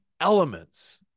elements